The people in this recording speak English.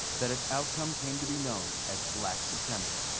that it's outcome came to be known as black september.